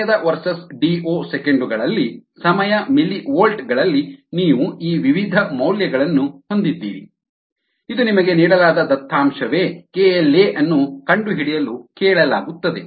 ಸಮಯದ versus DO second ಗಳಲ್ಲಿ ಸಮಯ ಮಿಲಿವೋಲ್ಟ್ ಗಳಲ್ಲಿ ನೀವು ಈ ವಿವಿಧ ಮೌಲ್ಯಗಳನ್ನು ಹೊಂದಿದ್ದೀರಿ ಇದು ನಿಮಗೆ ನೀಡಲಾದ ದತ್ತಾಂಶವೇ KLa ಅನ್ನು ಕಂಡುಹಿಡಿಯಲು ಕೇಳಲಾಗುತ್ತದೆ